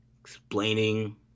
explaining